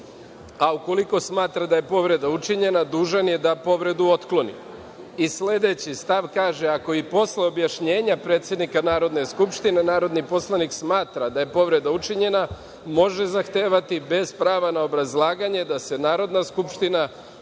a ukoliko smatra da je povreda učinjena, dužan je da povredu otkloni. Sledeći stav kaže – ako i posle objašnjenja predsednika Narodne skupštine narodni poslanik smatra da je povreda učinjena, može zahtevati, bez prava na obrazlaganje, da se Narodna skupština, bez